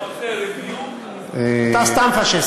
אז תקשיב קצת, תלמד קצת.